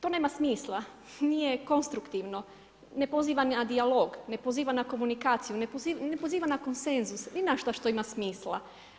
To nema smisla, nije konstruktivno, ne poziva na dijalog, ne poziva na komunikaciju, ne poziva na konsenzus, ni na šta šta ima smisla.